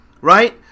right